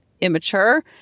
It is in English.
immature